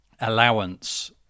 allowance